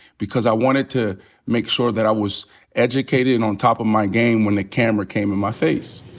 because i wanted to make sure that i was educated, on top of my game when the camera came in my face.